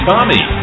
Tommy